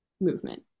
movement